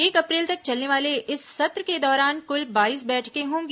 एक अप्रैल तक चलने वाले इस सत्र के दौरान कुल बाईस बैठकें होंगी